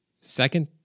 Second